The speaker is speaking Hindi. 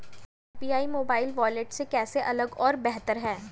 यू.पी.आई मोबाइल वॉलेट से कैसे अलग और बेहतर है?